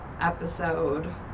episode